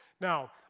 Now